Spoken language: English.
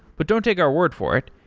but don't take our word for it.